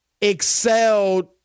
excelled